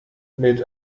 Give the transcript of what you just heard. mit